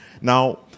Now